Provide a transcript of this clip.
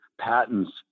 patents